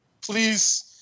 please